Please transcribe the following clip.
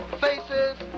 faces